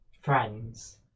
friends